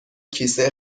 کیسه